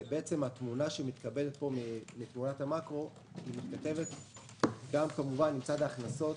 התמונה שמתקבלת מתמונת המקרו נמצאת גם מצד ההכנסות,